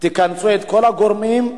תכנסו את כל הגורמים,